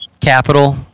capital